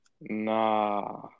Nah